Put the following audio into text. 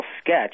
sketch